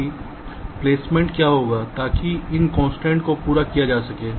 कि प्लेसमेंट क्या होगा ताकि इन कंस्ट्रेंट्स को पूरा किया जा सके